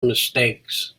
mistakes